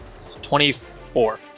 24